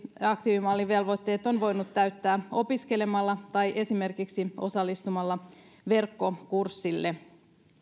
aktiivimallin velvoitteet on voinut täyttää esimerkiksi opiskelemalla tai osallistumalla verkkokurssille